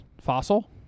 fossil